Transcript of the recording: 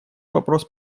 вопрос